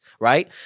right